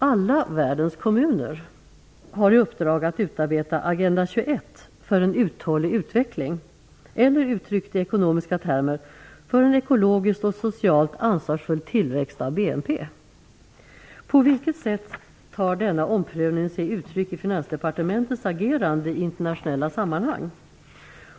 Alla världens kommuner har i uppdrag att utarbeta Agenda 21 för en uthållig utveckling eller, uttryckt i ekonomiska termer, för en ekologiskt och socialt ansvarsfull tillväxt av BNP. På vilket sätt tar sig denna omprövning uttryck i Finansdepartementets agerande i internationella sammanhang?